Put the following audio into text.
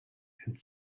and